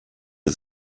der